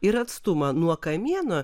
ir atstumą nuo kamieno